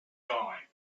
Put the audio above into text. guy